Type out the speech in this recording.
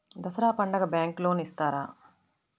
దసరా పండుగ bank loan ఇస్తారా?